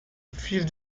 fils